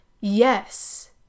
yes